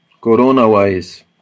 corona-wise